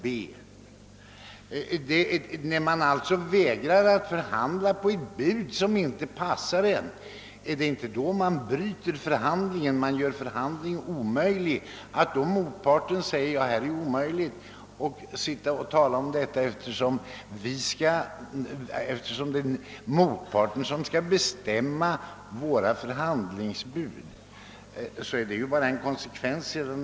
Men när man vägrar att förhandla på ett bud som inte passar en, är det inte då man bryter förhandlingen, gör förhandlingen omöjlig? Att motparten därvid säger att det är omöjligt att fortsätta diskussionen är ju bara en konsekvens av att den andra parten vill bestämma även motpartens förhandlingsbud och således brutit förhandlingen.